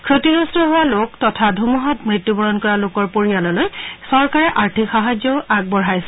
ক্ষতিগ্ৰস্ত লোক তথা ধূমুহাত মৃত্যুবৰণ কৰা লোকৰ পৰিয়াললৈ চৰকাৰে আৰ্থিক সাহায্যও আগবঢ়াইছে